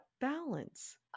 balance